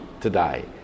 today